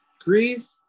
grief